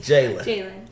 Jalen